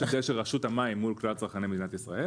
יש הבדל של רשות המים מול כלל צרכי מדינת ישראל